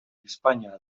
españa